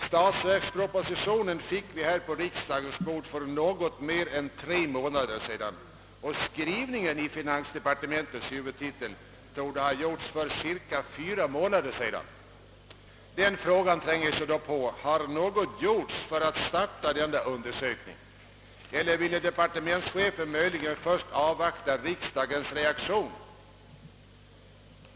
Statsverkspropositionen fick vi på riksdagens bord för något mer än tre månader sedan, och skrivningen i finansdepartementets huvudtitel torde ha gjorts för cirka fyra månader sedan. Den frågan tränger sig då på: Har något gjorts för att starta denna utredning eller ville departementschefen först avvakta riksdagens reaktion?